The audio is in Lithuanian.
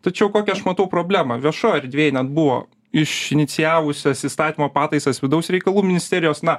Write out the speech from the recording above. tačiau kokią aš matau problemą viešoj erdvėj net buvo iš inicijavusios įstatymo pataisas vidaus reikalų ministerijos na